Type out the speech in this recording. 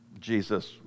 Jesus